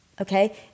Okay